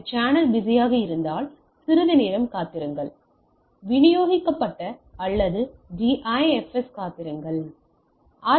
இது சேனல் பிஸியாக இருந்தால் சிறிது நேரம் காத்திருங்கள் விநியோகிக்கப்பட்ட அல்லது டிஐஎஃப்எஸ் காத்திருங்கள் ஆர்